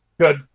good